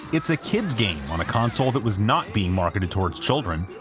it's a kids' game on a console that was not being marketed towards children,